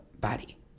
body